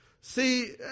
See